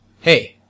hey